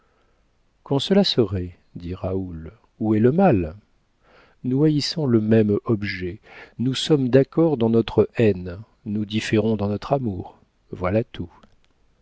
quand cela serait dit raoul où est le mal nous haïssons le même objet nous sommes d'accord dans notre haine nous différons dans notre amour voilà tout